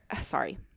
Sorry